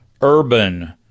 urban